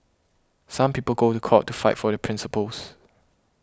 some people go to court to fight for their principles